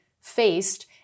faced